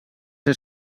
ser